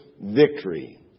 victory